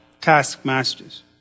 taskmasters